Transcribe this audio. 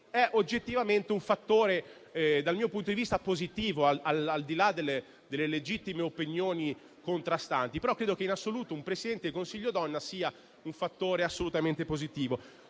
è oggettivamente, dal mio punto di vista, un fattore positivo, al di là delle legittime opinioni contrastanti. Credo, però, che, in assoluto, un Presidente del Consiglio donna sia un fattore assolutamente positivo.